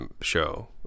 show